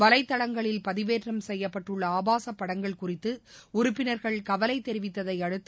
வலைதளங்களில் பதிவேற்றம் செய்யப்பட்டுள்ள ஆபாச படங்கள் குறித்து உறுப்பினர்கள் கவலை தெரிவித்ததை அடுத்து